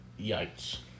Yikes